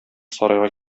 сарайга